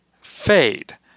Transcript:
fade